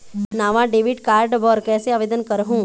नावा debit card बर कैसे आवेदन करहूं?